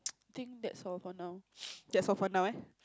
think that's all for now that's all for now ah